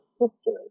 history